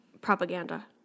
propaganda